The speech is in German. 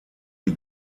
die